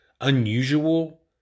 unusual